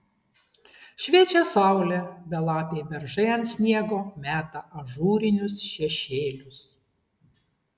šviečia saulė belapiai beržai ant sniego meta ažūrinius šešėlius